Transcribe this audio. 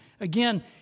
Again